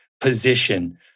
position